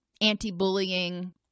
anti-bullying